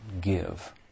give